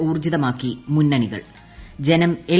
ഊർജ്ജിതമാക്കി മുന്നണിക്കൾ ജനം എൽ